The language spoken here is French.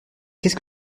qu’est